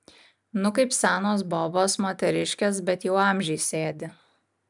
nu kaip senos bobos moteriškės bet jau amžiui sėdi